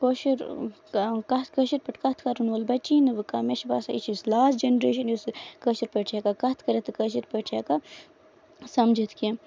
کٲشُر کٲشِر پٲٹھۍ کَتھ کَرن وول بَچہِ نہٕ وۄنۍ کانہہ مےٚ چھُ باسان یہِ چھِ لاسٹ جینریشن یُس کٲشِر پٲٹھۍ چھِ ہٮ۪کان کَتھ کٔرِتھ تہٕ کٲشِر پٲٹھۍ چھِ ہٮ۪کان سَمجتھ کیٚنٛہہ